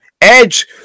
Edge